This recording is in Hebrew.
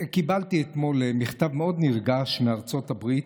קיבלתי אתמול מכתב מאוד נרגש מארצות הברית,